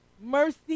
Mercy